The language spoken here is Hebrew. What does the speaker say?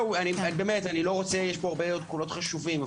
פה הרבה קולות חשובים.